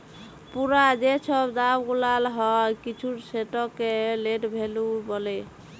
পুরা যে ছব দাম গুলাল হ্যয় কিছুর সেটকে লেট ভ্যালু ব্যলে